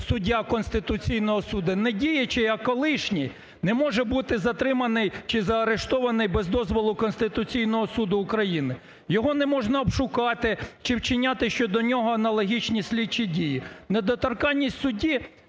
суддя Конституційного Суду – не діючий, а колишній! – не може бути затриманий чи заарештований без дозволу Конституційного Суду України! Його не можна обшукати чи вчиняти щодо нього аналогічні слідчі дії. Недоторканість судді,